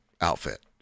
outfit